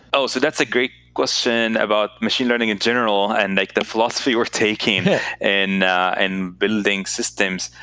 oh, so that's a great question about machine learning in general, and like the philosophy we're taking and in building systems.